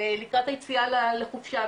לקראת היציאה לחופשה,